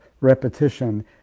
repetition